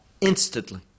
instantly